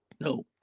No